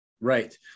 Right